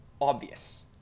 obvious